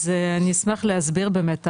אז אני אשמח להסביר באמת,